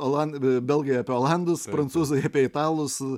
olandai belgai apie olandus prancūzai apie italus